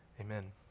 Amen